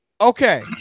Okay